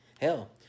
Hell